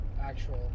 actual